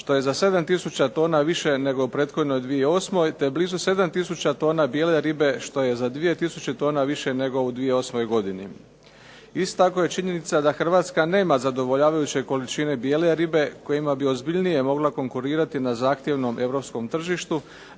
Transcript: što je za 7 tisuća tona više nego u prethodnoj 2008., te blizu 7 tisuća tona bijele ribe, što je za 2 tisuće tona više nego u 2008. godini. Isto tako je činjenica da Hrvatska nema zadovoljavajuće količine bijele ribe kojima bi ozbiljnije mogla konkurirati na zahtjevnom europskom tržištu